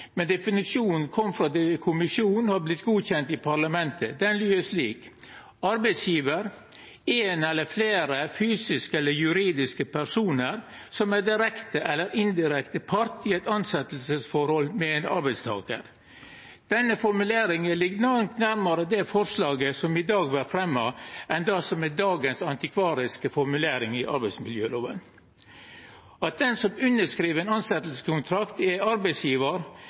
men definisjonen kom frå EU-kommisjonen og har vorte godkjend i EU-parlamentet. Han lyder slik: Arbeidsgjevar er ein eller fleire fysiske eller juridiske personar som er direkte eller indirekte part i eit tilsettingsforhold med ein arbeidstakar. Denne formuleringa ligg nærmare det forslaget som i dag vert fremma, enn det som er dagens antikvariske formulering i arbeidsmiljøloven. At den som underskriv ein tilsettingskontrakt, er arbeidsgjevar,